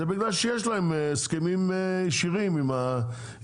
זה בגלל שיש להם הסכמים ישירים עם היצרן.